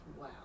wow